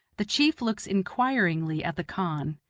the chief looks inquiringly at the khan,